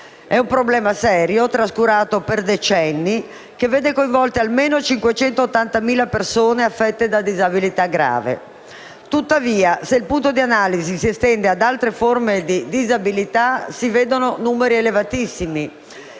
di un problema serio, trascurato per decenni, che vede coinvolte almeno 580.000 persone affette da disabilità grave. Tuttavia, se il punto di analisi si estende ad altre forme di disabilità, si vedono numeri elevatissimi,